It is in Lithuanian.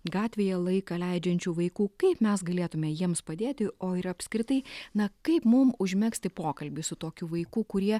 gatvėje laiką leidžiančių vaikų kaip mes galėtume jiems padėti o ir apskritai na kaip mum užmegzti pokalbį su tokiu vaiku kurie